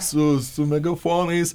su su megafonais